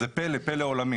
זה פלא עולמי,